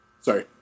sorry